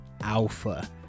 alpha